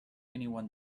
anyone